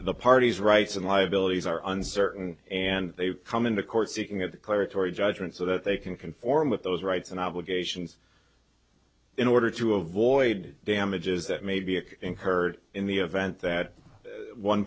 the parties rights and liabilities are uncertain and they come into court seeking that cleric tory judgment so that they can conform with those rights and obligations in order to avoid damages that may be incurred in the event that one